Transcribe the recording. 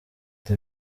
the